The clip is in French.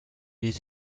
les